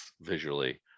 visually